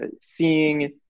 seeing